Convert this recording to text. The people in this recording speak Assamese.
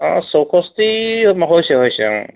অ চৌষষ্ঠি হৈছে হৈছে অ